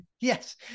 Yes